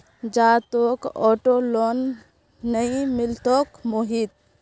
जा, तोक auto loan नइ मिलतोक मोहित